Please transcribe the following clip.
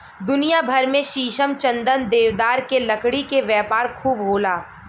दुनिया भर में शीशम, चंदन, देवदार के लकड़ी के व्यापार खूब होला